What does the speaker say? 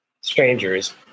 strangers